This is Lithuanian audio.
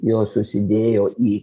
jos susidėjau į